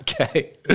Okay